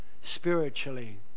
spiritually